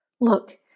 Look